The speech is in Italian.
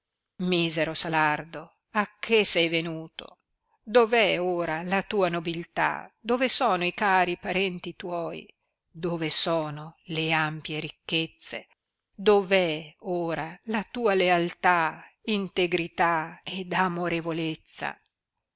misero salardo a che sei venuto dov è ora la tua nobiltà dove sono i cari parenti tuoi dove sono le ampie ricchezze dov'è ora la tua lealtà integrità ed amorevolezza